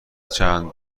چند